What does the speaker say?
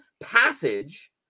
passage